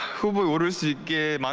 who gave